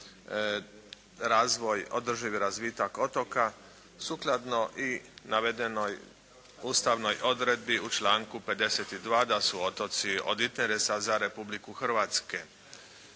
razvoj održivi razvitak otoka, sukladno i navedenoj Ustavnoj odredbi u članku 52. da su otoci od interesa za Republiku Hrvatsku.